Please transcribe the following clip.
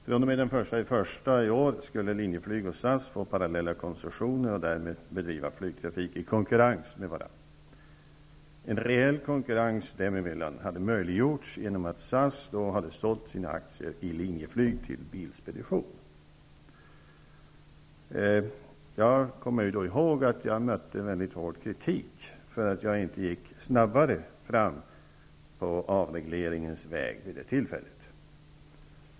fr.o.m. den 1 januari 1992 skulle Linjeflyg och SAS få parallella koncessioner och därmed bedriva flygtrafik i konkurrens med varandra. En reell konkurrens dem emellan hade möjliggjorts genom att SAS då hade sålt sina aktier i Linjeflyg till Bilspedition. Jag mötte vid det tillfället en hård kritik för att jag inte gick snabbare fram på avregleringens väg.